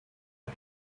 but